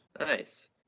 Nice